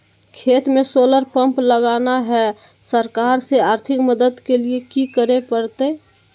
खेत में solar pump लगाना है, सरकार से आर्थिक मदद के लिए की करे परतय?